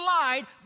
lied